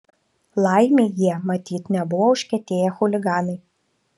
laimei jie matyt nebuvo užkietėję chuliganai